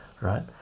right